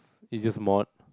easiest mod